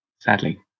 sadly